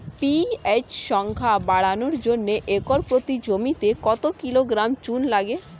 PH সংখ্যা বাড়ানোর জন্য একর প্রতি জমিতে কত কিলোগ্রাম চুন লাগে?